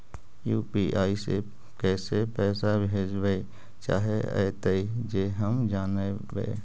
UPI से कैसे पैसा भेजबय चाहें अइतय जे हम जानबय?